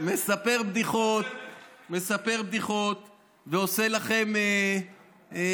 יש לכם מספר בדיחות שעושה לכם שמח.